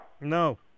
No